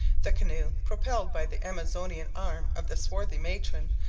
the canoe, propelled by the amazonian arm of the swarthy matron,